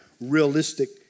realistic